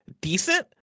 decent